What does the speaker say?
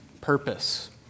purpose